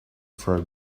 throw